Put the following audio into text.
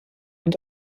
und